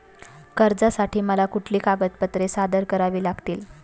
कर्जासाठी मला कुठली कागदपत्रे सादर करावी लागतील?